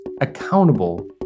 accountable